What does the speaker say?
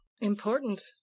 Important